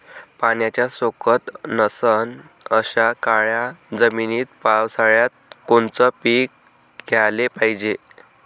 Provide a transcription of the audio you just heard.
पाण्याचा सोकत नसन अशा काळ्या जमिनीत पावसाळ्यात कोनचं पीक घ्याले पायजे?